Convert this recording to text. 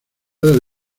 del